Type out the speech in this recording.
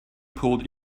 pulled